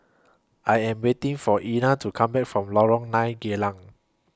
I Am waiting For Ina to Come Back from Lorong nine Geylang